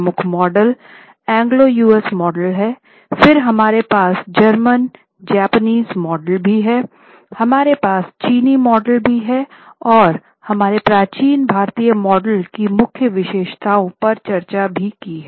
प्रमुख model Anglo US model भी है और हमने प्राचीन भारतीय मॉडल की मुख्य विशेषताओं पर चर्चा भी की है